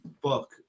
book